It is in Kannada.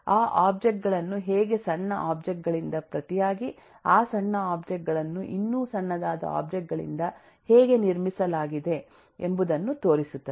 ಆ ಒಬ್ಜೆಕ್ಟ್ ಗಳನ್ನು ಹೇಗೆ ಸಣ್ಣ ಒಬ್ಜೆಕ್ಟ್ ಗಳಿಂದ ಪ್ರತಿಯಾಗಿ ಆ ಸಣ್ಣ ಒಬ್ಜೆಕ್ಟ್ ಗಳನ್ನು ಇನ್ನೂ ಸಣ್ಣದಾದ ಒಬ್ಜೆಕ್ಟ್ ಗಳಿಂದ ಹೇಗೆ ರ್ಮಿಸಲಾಗಿದೆ ಎಂಬುದನ್ನು ತೋರಿಸುತ್ತದೆ